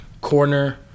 Corner